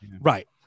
right